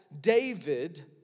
David